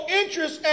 interest